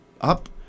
up